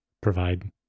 provide